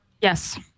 Yes